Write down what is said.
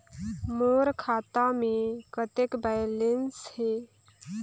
मोर खाता मे कतेक बैलेंस हे?